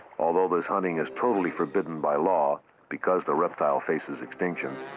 although this hunting is totally forbidden by law because the reptile faces extinction,